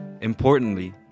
Importantly